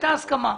הייתה הסכמה.